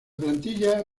plantilla